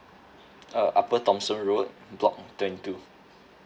uh upper thomson road block twenty two